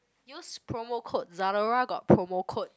use promo code Zalora got promo code